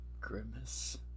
Grimace